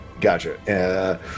Gotcha